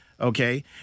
Okay